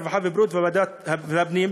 הרווחה והבריאות וועדת הפנים,